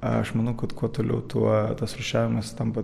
aš manau kad kuo toliau tuo tas rūšiavimas tampa